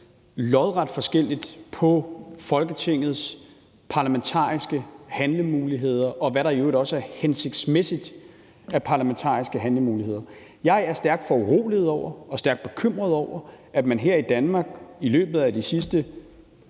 lodret forskelligt på Folketingets parlamentariske handlemuligheder, og hvad der i øvrigt også er hensigtsmæssigt at bruge af de parlamentariske handlemuligheder. Jeg er stærkt foruroliget og stærkt bekymret over, at man her i Danmark i løbet af de sidste